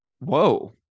Whoa